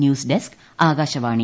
news desk Akashvani